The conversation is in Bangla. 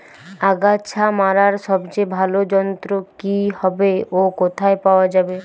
আগাছা মারার সবচেয়ে ভালো যন্ত্র কি হবে ও কোথায় পাওয়া যাবে?